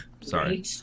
Sorry